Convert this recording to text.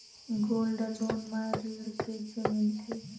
Gold loan म ऋण कइसे मिलथे?